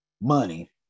Money